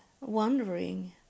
wondering